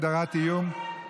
הגדרת איום),